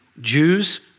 Jews